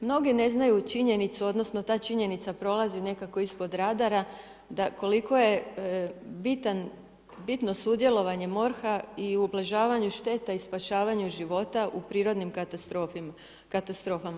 Mnogi ne znaju činjenicu, odnosno, ta činjenica prolazi nekako ispod radara, da koliko je bitno sudjelovanje MORH-a i ublažavanje štete i spašavanje života u prirodnim katastrofama.